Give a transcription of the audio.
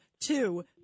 two